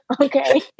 okay